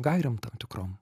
gairėm tam tikrom